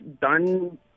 done